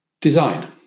Design